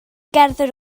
gerdded